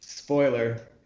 Spoiler